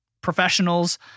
professionals